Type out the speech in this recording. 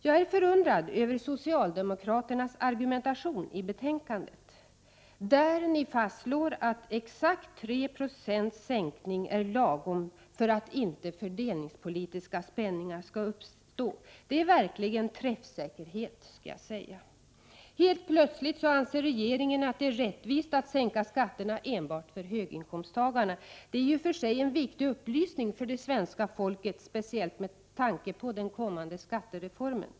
Jag är förundrad över socialdemokraternas argumentation i betänkandet, där ni fastslår att exakt 3 90 sänkning är lagom för att inte fördelningspolitiska spänningar skall uppstå. Det är verkligen träffsäkerhet, skall jag säga. Helt plötsligt anser regeringen att det är rättvist att sänka skatterna enbart för höginkomsttagarna. Det är ju i och för sig en viktig upplysning för det svenska folket, speciellt med tanke på den kommande skattereformen.